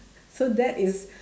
so that is